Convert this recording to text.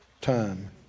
time